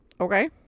Okay